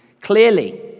clearly